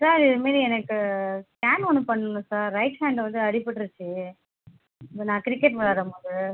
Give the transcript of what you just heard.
sir இது மாதிரி எனக்கு ஸ்கேன் ஒன்று பண்ணனும் சார் ரைட் ஹேன்டில் வந்து அடிபட்டு ருச்சி நான் கிரிக்கெட் விளையாடும்போது